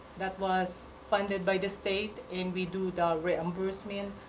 that was funded by the state and we do the reimbursement.